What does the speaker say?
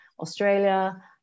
Australia